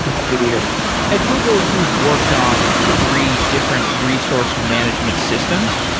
i'm happy to be here at google you've worked on three different resource management systems.